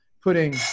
putting